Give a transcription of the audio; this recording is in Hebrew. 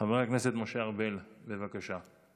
חבר הכנסת משה ארבל, בבקשה.